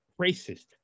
racist